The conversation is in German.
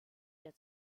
der